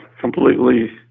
completely